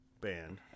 band